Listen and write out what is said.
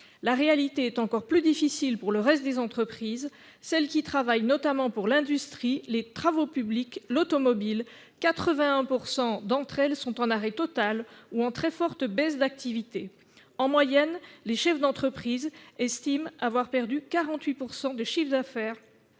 La réalité est encore plus difficile pour le reste des entreprises, celles qui travaillent notamment pour l'industrie, les travaux publics ou encore l'automobile : 81 % d'entre elles sont en arrêt total ou en très forte baisse d'activité. En moyenne, les chefs d'entreprise estiment avoir perdu 48 % de chiffre d'affaires